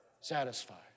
satisfied